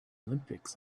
olympics